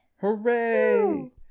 Hooray